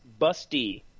busty